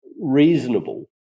reasonable